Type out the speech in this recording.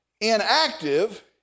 inactive